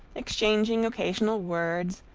exchanging occasional words,